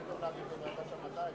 הכי טוב להעביר את זה לוועדת המדע,